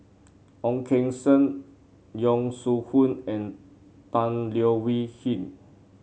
Ong Keng Sen Yong Shu Hoong and Tan Leo Wee Hin